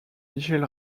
michel